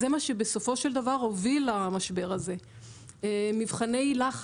זה מה שהוביל למשבר הזה בסופו של דבר.